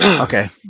Okay